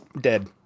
dead